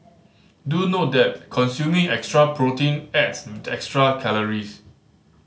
do note that consuming extra protein adds extra calories